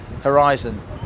horizon